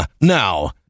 Now